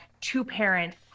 two-parent